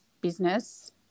business